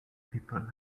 people